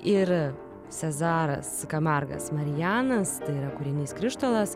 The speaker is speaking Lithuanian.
ir sezaras kamargas marijanas tai yra kūrinys krištolas